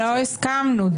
לא הסכמנו.